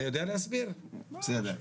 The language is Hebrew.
אתה יודע להסביר, בסדר.